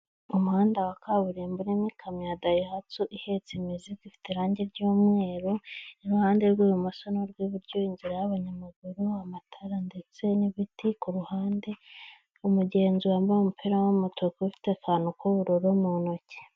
Umuhanda wa kaburimbo urimo ikamyo ya Daihatsu ihetse imizi ifite irangi ry'umweru, iruhande rw'ibumoso n'urw'iburyo inzira y'abanyamaguru, amatara ndetse n'ibiti ku ruhande, umugenzi wambaye umupira w'umutuku ufite akantu k'ubururu mu ntoki.